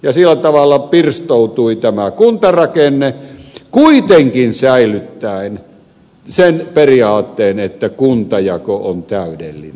ja sillä tavalla pirstoutui tämä kuntarakenne kuitenkin säilyttäen sen periaatteen että kuntajako on täydellinen